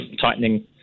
tightening